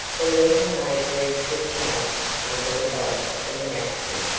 the letter made brewster chafe under the bonds of inaction.